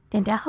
into